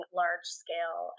large-scale